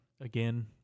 Again